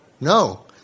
No